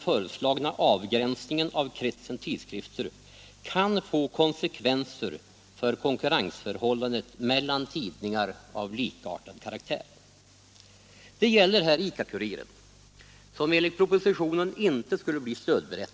Jag vill göra några kommentarer.